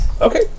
Okay